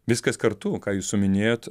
viskas kartu ką jūs suminėjot